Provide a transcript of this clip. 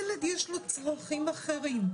לילד יש צרכים אחרים.